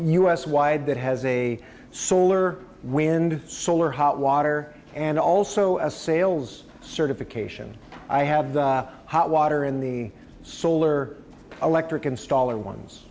us wide that has a solar wind solar hot water and also a sales certification i have hot water in the solar electric installer ones